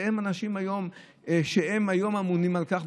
והם האנשים שהיום אמונים על כך.